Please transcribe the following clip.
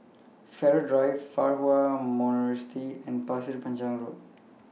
Farrer Drive Fa Hua Monastery and Pasir Panjang Road